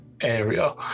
area